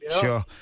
Sure